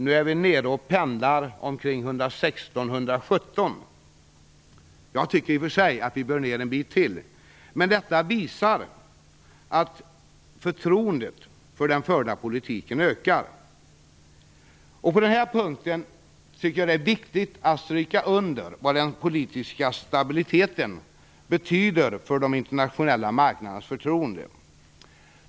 Nu är den nere och pendlar vid omkring 116-117. Jag tycker i och för sig att vi bör ned en bit till. Men detta visar att förtroendet för den förda politiken ökar. På den här punkten tycker jag att det är viktigt att stryka under vad den politiska stabiliteten betyder för de internationella marknadernas förtroende.